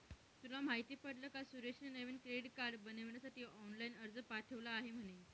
तुला माहित पडल का सुरेशने नवीन क्रेडीट कार्ड बनविण्यासाठी ऑनलाइन अर्ज पाठविला आहे म्हणे